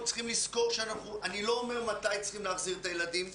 אני לא אומר מתי צריכים להחזיר את הילדים,